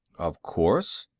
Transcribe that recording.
of course,